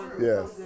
Yes